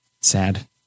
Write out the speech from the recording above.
Sad